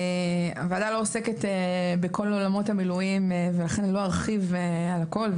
הוועדה עוסקת בכל עולמות המילואים ולכן לא ארחיב על הכול,